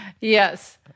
Yes